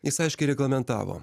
jis aiškiai reglamentavo